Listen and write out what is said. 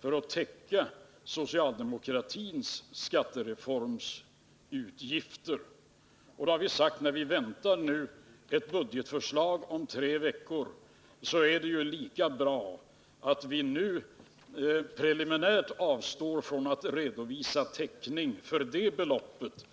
för att täcka socialdemokratins skattereformsutgifter. Då har vi sagt, att när vi väntar ett budgetförslag om tre veckor, är det lika bra att vi nu preliminärt avstår från att redovisa täckning för det beloppet.